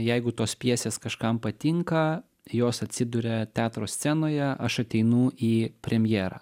jeigu tos pjesės kažkam patinka jos atsiduria teatro scenoje aš ateinu į premjerą